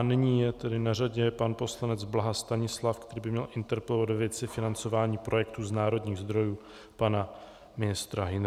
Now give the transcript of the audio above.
Nyní je tedy na řadě pan poslanec Blaha Stanislav, který by měl interpelovat ve věci financování projektů z národních zdrojů pana ministra Hünera.